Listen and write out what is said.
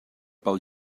pel